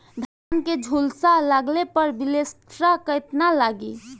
धान के झुलसा लगले पर विलेस्टरा कितना लागी?